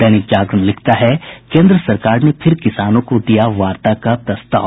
दैनिक जागरण लिखता है केन्द्र सरकार ने फिर किसानों को दिया वार्ता का प्रस्ताव